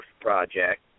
project